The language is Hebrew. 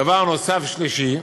דבר נוסף, שלישי,